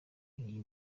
iyi